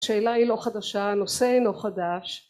השאלה היא לא חדשה הנושא אינו חדש